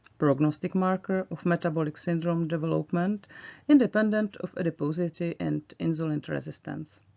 prognostic marker of metabolic syndrome development independent of adiposity and insulin resistance.